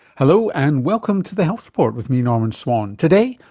hello and welcome to the health report, with me, norman swan. today,